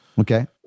Okay